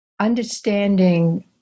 understanding